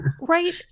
right